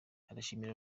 arashimira